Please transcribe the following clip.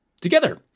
together